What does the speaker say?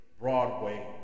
Broadway